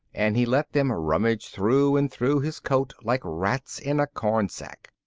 and he let them rummage through and through his coat like rats in a corn sack.